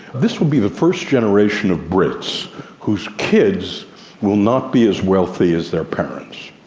this will be the first generation of brits whose kids will not be as wealthy as their parents.